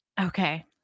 Okay